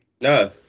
No